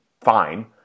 fine